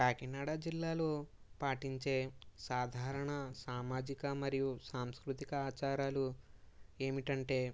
కాకినాడ జిల్లాలో పాటించే సాధారణ సామాజిక మరియు సాంస్కృతిక ఆచారాలు ఏమిటంటే